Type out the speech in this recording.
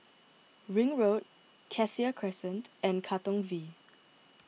Ring Road Cassia Crescent and Katong V